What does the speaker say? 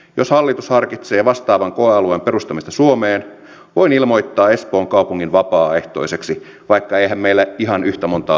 jos hallitus harkitsee vastaavan koealueen perustamista suomeen voin ilmoittaa espoon kaupungin vapaaehtoiseksi vaikka eihän meillä ihan yhtä montaa asukasta olekaan